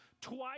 twice